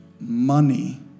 money